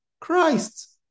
Christ